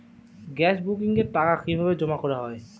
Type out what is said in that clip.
Gas বুকিংয়ের টাকা কিভাবে জমা করা হয়?